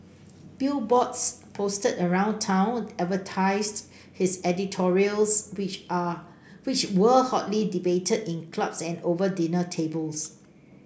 billboards posted around town advertised his editorials which are which were hotly debated in clubs and over dinner tables